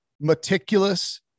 meticulous